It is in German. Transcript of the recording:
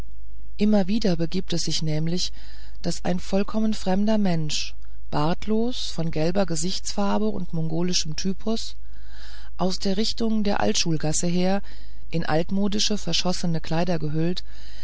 immer wieder begibt es sich nämlich daß ein vollkommen fremder mensch bartlos von gelber gesichtsfarbe und mongolischem typus aus der richtung der altschulgasse her in altmodische verschossene kleider gehüllt